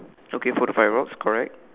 okay for the five rocks correct